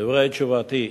דברי תשובתי: